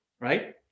right